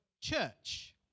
church